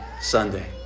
Sunday